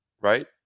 right